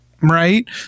Right